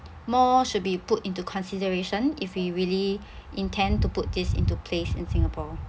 more should be put into consideration if we really intend to put this into place in singapore